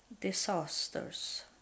disasters